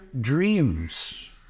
dreams